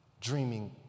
dreaming